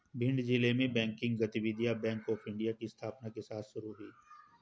भिंड जिले में बैंकिंग गतिविधियां बैंक ऑफ़ इंडिया की स्थापना के साथ शुरू हुई